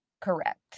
Correct